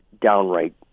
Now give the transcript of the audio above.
downright